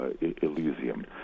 Elysium